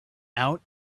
out